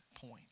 point